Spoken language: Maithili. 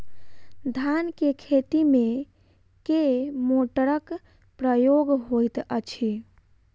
धान केँ खेती मे केँ मोटरक प्रयोग होइत अछि?